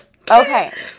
okay